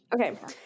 Okay